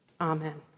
Amen